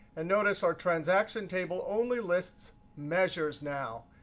and notice our transaction table only lists measures now.